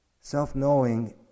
Self-knowing